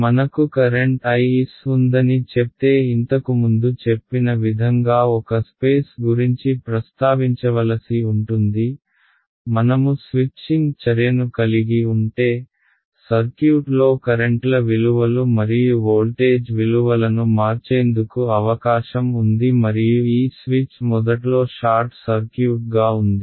మనకు current Is ఉందని చెప్తే ఇంతకుముందు చెప్పిన విధంగా ఒక స్పేస్ గురించి ప్రస్తావించవలసి ఉంటుంది మనము స్విచ్చింగ్ చర్యను కలిగి ఉంటే సర్క్యూట్ లో కరెంట్ల విలువలు మరియు వోల్టేజ్ విలువలను మార్చేందుకు అవకాశం ఉంది మరియు ఈ స్విచ్ మొదట్లో షార్ట్ సర్క్యూట్ గా ఉంది